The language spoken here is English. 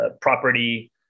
property